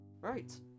Right